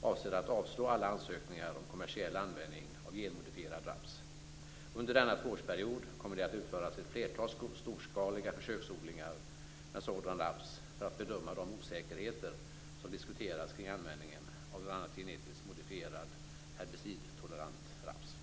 avser att avslå alla ansökningar om kommersiell användning av genmodifierad raps. Under denna tvåårsperiod kommer det att utföras ett flertal storskaliga försöksodlingar med sådan raps för att bedöma de osäkerheter som diskuteras kring användningen av bl.a. genetiskt modifierad herbicidtolerant raps.